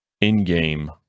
in-game